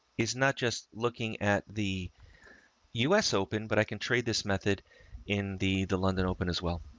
is not just looking at the us open, but i can trade this method in the, the london open as well,